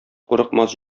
курыкмас